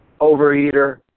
overeater